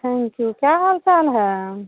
thank you क्या हाल चाल है